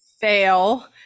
fail